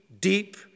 deep